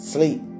Sleep